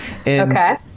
okay